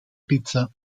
pizza